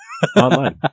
Online